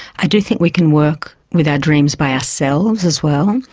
i do think we can work with our dreams by ourselves, as well,